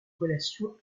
relation